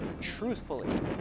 truthfully